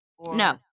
No